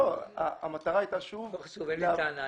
לא חשוב, אין לי טענה.